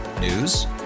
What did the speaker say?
News